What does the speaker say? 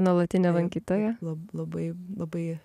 nuolatinė lankytoja labai labai